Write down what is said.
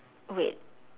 wait